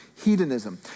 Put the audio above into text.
Hedonism